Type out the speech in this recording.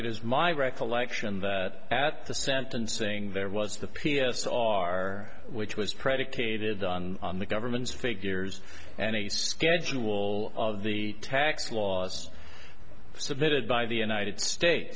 it is my recollection that at the sentencing there was the p s r which was predicated on the government's figures and a schedule of the tax laws submitted by the united states